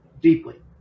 deeply